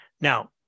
Now